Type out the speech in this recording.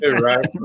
right